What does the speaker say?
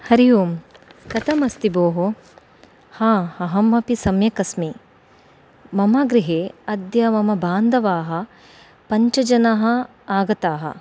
हरि ओं कथमस्ति भोः हा अहमपि सम्यक् अस्मि मम गृहे अद्य मम बान्धवाः पञ्चजनाः आगताः